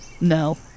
No